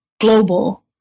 global